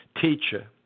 teacher